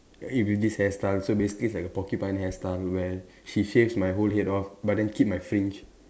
if in this hairstyle so basically it's like this porcupine hairstyle where she shaves my whole head off but then keep my fringe